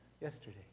yesterday